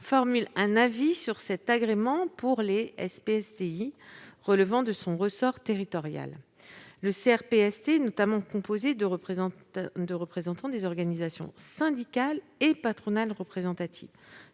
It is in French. formule un avis sur cet agrément pour les SPSTI relevant de son ressort territorial. Le CRPST est notamment composé de représentants des organisations syndicales et patronales représentatives.